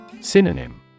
Synonym